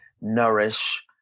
nourish